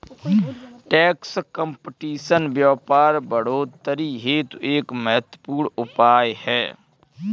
tax competition व्यापार बढ़ोतरी हेतु एक महत्वपूर्ण उपाय है